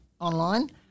online